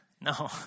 No